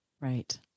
Right